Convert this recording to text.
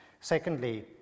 Secondly